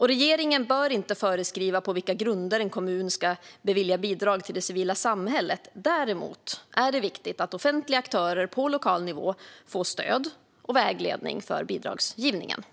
Regeringen bör inte föreskriva på vilka grunder en kommun ska bevilja bidrag till det civila samhället. Däremot är det viktigt att offentliga aktörer på lokal nivå får stöd och vägledning för bidragsgivningen.